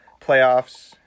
playoffs